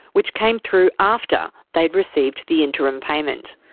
which came through after they had received the interim payment.